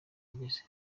ageze